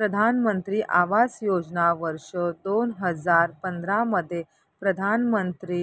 प्रधानमंत्री आवास योजना वर्ष दोन हजार पंधरा मध्ये प्रधानमंत्री